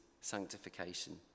sanctification